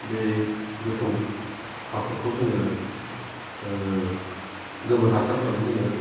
बे गोथौ हाखरखौ जोङो ओह गोबोर हासार होनानै जोङो